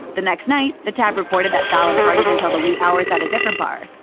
the next night, the tab reported that fallon partied until the wee hours at a different bar,